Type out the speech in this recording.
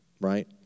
right